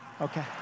okay